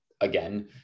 again